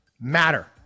matter